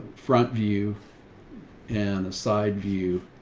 front view and a side view